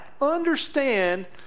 understand